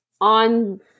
on